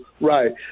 right